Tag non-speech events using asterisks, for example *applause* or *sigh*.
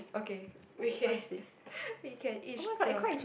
okay we can *laughs* we can each draw